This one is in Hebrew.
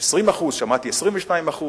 20% שמעתי 22%,